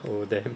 oh then